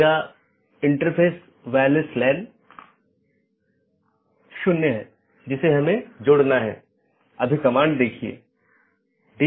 सबसे अच्छा पथ प्रत्येक संभव मार्गों के डोमेन की संख्या की तुलना करके प्राप्त किया जाता है